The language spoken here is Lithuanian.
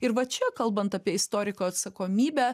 ir va čia kalbant apie istoriko atsakomybę